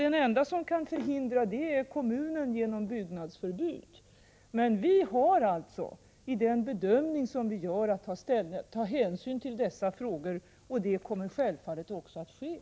Den enda som kan förhindra att man bygger hus för nära en kraftledning är kommunen, som kan införa byggnadsförbud. I den bedömning som vi gör har vi emellertid att ta hänsyn till dessa frågor, och det kommer vi självfallet också att göra.